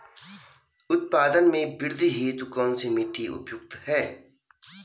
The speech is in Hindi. उत्पादन में वृद्धि हेतु कौन सी मिट्टी उपयुक्त है?